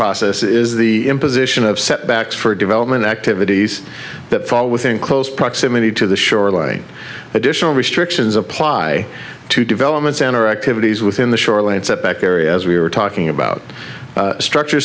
process is the imposition of setbacks for development activities that fall within close proximity to the shoreline additional restrictions apply to developments and our activities within the shoreline setback area as we are talking about structure